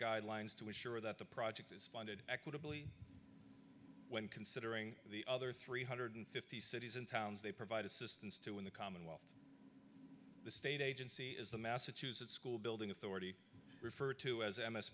guidelines to ensure that the project is funded equitably when considering the other three hundred fifty cities and towns they provide assistance to in the commonwealth the state agency is the massachusetts school building authority referred to as m s